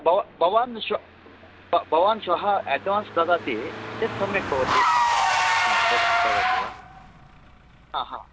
बवा भवान् श्वः भवान् श्वः अड्वान्स् ददाति चेत् सम्यक् भवति ददा ददाति वा हा हा